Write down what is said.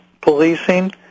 policing